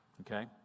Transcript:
okay